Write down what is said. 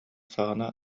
саҕана